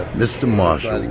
mr. marshall,